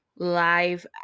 live